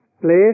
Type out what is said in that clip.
place